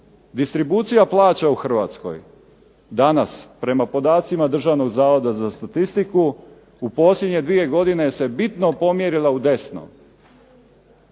Distribucija plaća u Hrvatskoj danas, prema podacima Državnog zavoda za statistiku, u posljednje 2 godine se bitno pomjerila u desno.